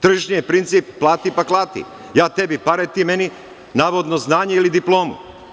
Tržišni je princip plati, pa klati, ja tebi pare ti meni navodno znanje ili diplomu.